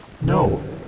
No